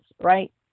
right